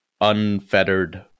unfettered